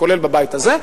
כולל בבית הזה,